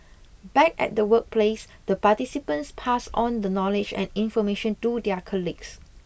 back at the workplace the participants pass on the knowledge and information to their colleagues